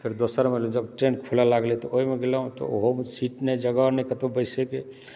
फेर दोसरमे जब ट्रेन खुलय लागलै तऽ ओहिमे गेलहुँ तऽ ओहोमे सीट नहि जगह नहि कतहुँ बसिके